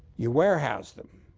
you warehouse them.